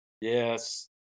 Yes